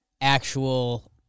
actual